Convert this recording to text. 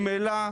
ממילא,